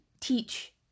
teach